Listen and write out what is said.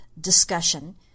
discussion